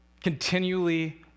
Continually